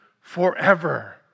forever